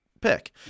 pick